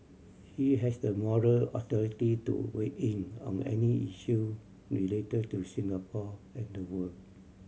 he has the moral authority to weigh in on any issue related to Singapore and the world